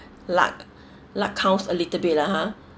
luck luck counts a little bit lah ha